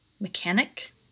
mechanic